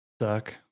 suck